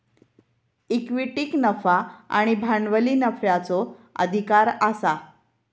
इक्विटीक नफा आणि भांडवली नफ्याचो अधिकार आसा